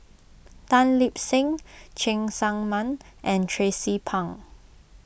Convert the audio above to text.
Tan Lip Seng Cheng Tsang Man and Tracie Pang